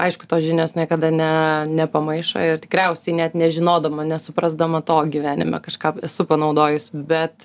aišku tos žinios niekada ne nepamaišo ir tikriausiai net nežinodama nesuprasdama to gyvenime kažką esu panaudojus bet